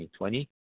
2020